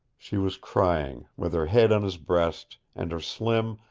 she was crying, with her head on his breast, and her slim,